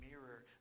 mirror